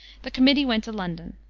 the committee went to london.